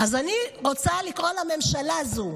אז אני רוצה לקרוא לממשלה הזו: